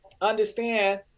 understand